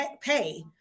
pay